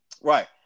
Right